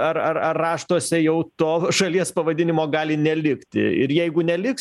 ar ar ar raštuose jau to šalies pavadinimo gali nelikti ir jeigu neliks